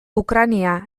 ukraina